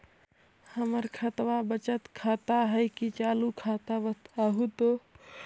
हमर खतबा बचत खाता हइ कि चालु खाता, बताहु तो?